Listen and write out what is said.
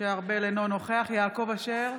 משה ארבל, אינו נוכח יעקב אשר,